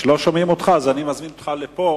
לא שומעים אותך משם, אני מזמין אותך לפה.